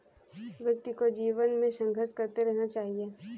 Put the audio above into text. व्यक्ति को जीवन में संघर्ष करते रहना चाहिए